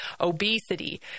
obesity